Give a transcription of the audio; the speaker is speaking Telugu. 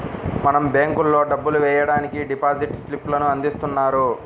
మనం బ్యేంకుల్లో డబ్బులు వెయ్యడానికి డిపాజిట్ స్లిప్ లను అందిస్తున్నారు